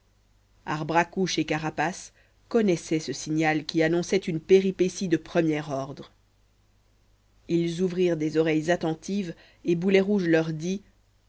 arbre à couche et carapace connaissaient ce signal qui annonçait une péripétie de premier ordre ils ouvrirent des oreilles attentives et boulet rouge leur dit